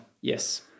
Yes